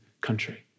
country